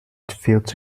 fields